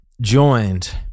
Joined